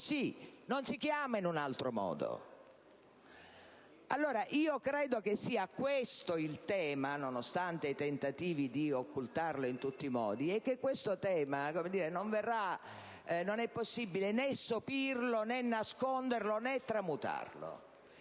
così, non si chiama in un altro modo. Credo allora che sia questo il tema, nonostante i tentativi di occultarlo in tutti i modi, e questo tema non è possibile né sopirlo, né nasconderlo, né tramutarlo.